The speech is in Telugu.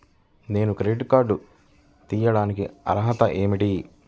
నేను క్రెడిట్ కార్డు తీయడానికి అర్హత ఏమిటి?